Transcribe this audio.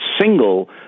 single